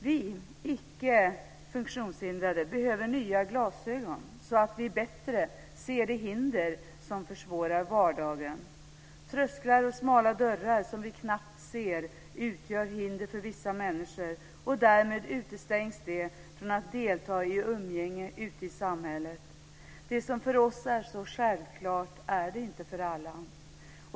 Vi icke funktionshindrade behöver nya glasögon så att vi bättre ser de hinder som försvårar vardagen. Trösklar och smala dörrar som vi knappt ser utgör hinder för vissa människor, och därmed utestängs de från att delta i umgänge ute i samhället. Det som för oss är så självklart är det inte för alla.